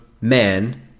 man